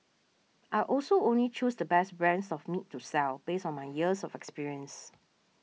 I also only choose the best brands of meat to sell based on my years of experience